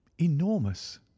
enormous